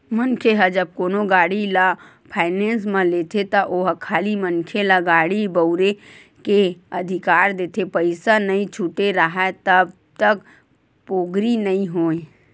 मनखे ह जब कोनो गाड़ी ल फायनेंस म लेथे त ओहा खाली मनखे ल गाड़ी बउरे के अधिकार देथे पइसा नइ छूटे राहय तब तक पोगरी नइ होय